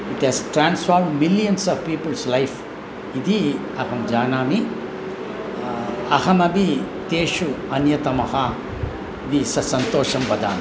it has transform millions of people's life इति अहं जानामि अहमपि तेषु अन्यतमः दिस सन्तोषेन वदामि